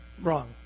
Wrong